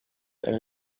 that